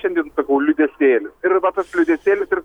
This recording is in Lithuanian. šiandien sakau liūdesėlis ir na tas liūdesėlis ir